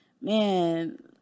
man